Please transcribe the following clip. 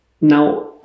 Now